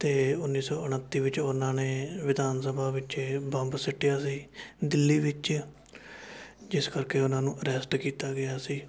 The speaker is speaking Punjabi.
ਅਤੇ ਉੱਨੀ ਸੌ ਉਨੱਤੀ ਵਿੱਚ ਉਹਨਾਂ ਨੇ ਵਿਧਾਨ ਸਭਾ ਵਿੱਚ ਬੰਬ ਸਿੱਟਿਆ ਸੀ ਦਿੱਲੀ ਵਿੱਚ ਜਿਸ ਕਰਕੇ ਉਹਨਾਂ ਨੂੰ ਅਰੈਸਟ ਕੀਤਾ ਗਿਆ ਸੀ